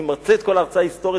אני מרצה את כל ההרצאה ההיסטורית,